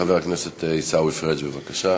חבר הכנסת עיסאווי פריג', בבקשה.